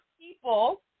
people